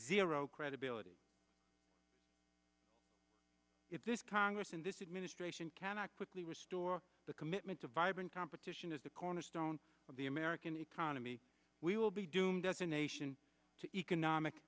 zero credibility if this congress in this administration cannot quickly restore the commitment to vibrant competition is the cornerstone of the american economy we will be doomed as a nation to economic